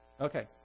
Okay